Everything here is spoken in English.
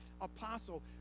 apostle